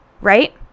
Right